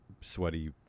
sweaty